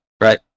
right